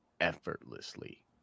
effortlessly